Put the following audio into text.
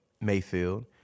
Mayfield